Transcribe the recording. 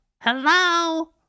Hello